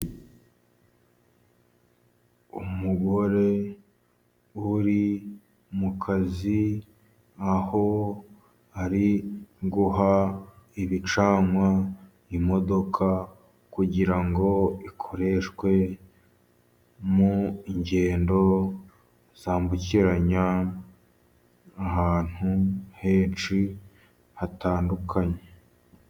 Umugore uri mu kazi aho ari guha ibicanwa imodoka, kugirango ikoreshwe mu ngendo , zambukiranya ahantu henshi ,hatandukanye.